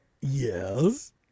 Yes